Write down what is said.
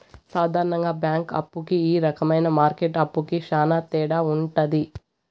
సాధారణ బ్యాంక్ అప్పు కి ఈ రకమైన మార్కెట్ అప్పుకి శ్యాన తేడా ఉంటది